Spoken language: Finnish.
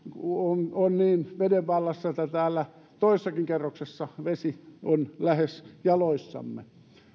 on niin veden vallassa että täällä toisessakin kerroksessa vesi on lähes jaloissamme